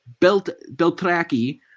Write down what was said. Beltraki